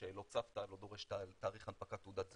שאלות סבתא, הוא לא דורש תאריך הנפקת תעודת זהות,